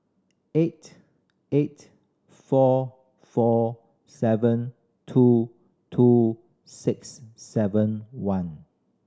eight eight four four seven two two six seven one